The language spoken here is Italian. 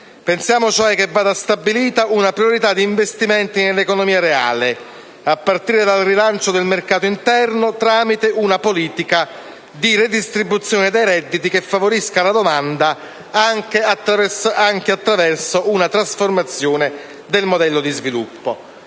Pensiamo cioè che vada stabilita una priorità degli investimenti nell'economia reale, a partire dal rilancio del mercato interno, tramite una politica di redistribuzione dei redditi che favorisca la domanda, anche attraverso una trasformazione del modello di sviluppo.